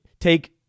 take